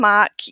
Mark